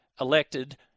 elected